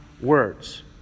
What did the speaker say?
words